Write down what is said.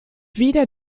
wieder